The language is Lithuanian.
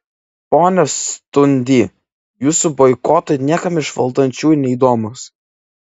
pone stundy jūsų boikotai niekam iš valdančiųjų neįdomūs